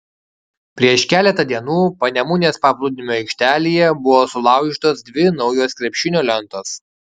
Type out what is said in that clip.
prieš keletą dienų panemunės paplūdimio aikštelėje buvo sulaužytos dvi naujos krepšinio lentos